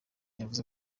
yavuze